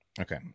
Okay